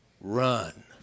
run